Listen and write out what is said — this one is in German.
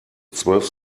zwölf